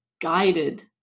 guided